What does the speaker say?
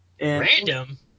Random